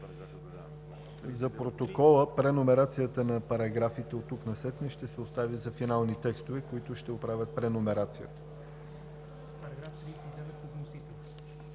За протокола – преномерацията на параграфите оттук насетне ще се остави за „Финални текстове“, които ще я оправят.